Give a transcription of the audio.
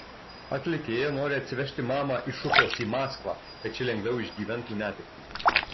atlikėja nori atsivežti mamą iš ufos į maskvą kad ši lengviau išgyventų netektį